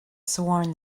sworn